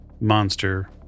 monster